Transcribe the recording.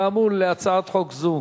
כאמור, להצעת חוק זו